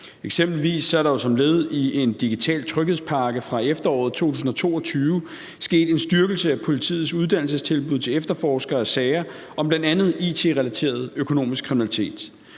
Eksempelvis er der som led i en digital tryghedspakke fra efteråret 2022 sket en styrkelse af politiets uddannelsestilbud til efterforskere af sager om bl.a. it-relateret økonomisk kriminalitet.